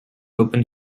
open